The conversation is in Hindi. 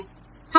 ठीक है